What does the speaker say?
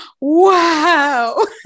wow